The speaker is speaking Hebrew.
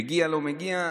מגיע לא מגיע,